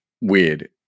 weird